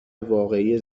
واقعی